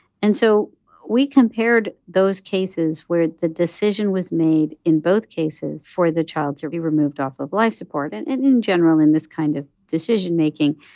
and so we compared those cases where the decision was made in both cases for the child to be removed off of life support. and and in general, in this kind of decision-making,